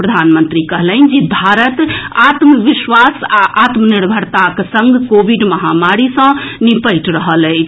प्रधानमंत्री कहलनि जे भारत आत्मविश्वास आ आत्मनिर्भरताक संग कोविड महामारी सँ निपटि रहल अछि